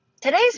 today's